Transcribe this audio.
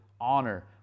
honor